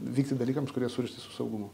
vykti dalykams kurie surišti su saugumu